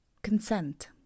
Consent